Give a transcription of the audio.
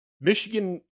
Michigan